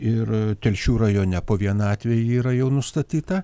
ir telšių rajone po vieną atvejį yra jau nustatyta